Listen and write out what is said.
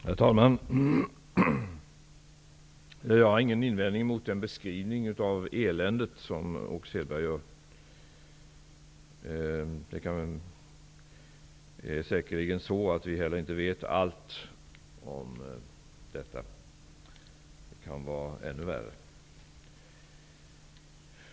Herr talman! Jag har ingen invändning mot den beskrivning av eländet som Åke Selberg gör. Vi vet heller säkerligen inte allt om detta. Det kan vara ännu värre.